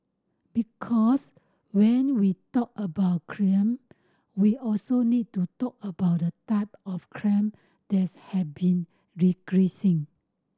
because when we talk about crime we also need to talk about the type of crimes that have been re creasing